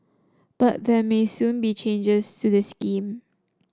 but there may soon be changes to the scheme